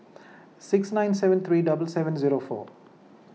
six nine seven three double seven zero four